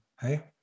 Hey